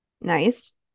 nice